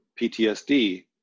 PTSD